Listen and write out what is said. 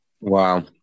Wow